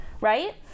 Right